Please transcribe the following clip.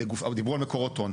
דיברו על מקורות הון.